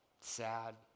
Sad